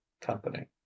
company